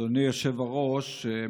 אדוני היושב-ראש,